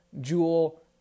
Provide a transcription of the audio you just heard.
jewel